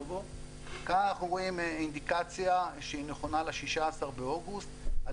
כאן אנחנו רואים אינדיקציה שהיא נכונה ל-16 באוגוסט על